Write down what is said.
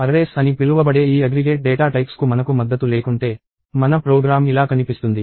arrays అని పిలువబడే ఈ అగ్రిగేట్ డేటా టైప్స్ కు మనకు మద్దతు లేకుంటే మన ప్రోగ్రామ్ ఇలా కనిపిస్తుంది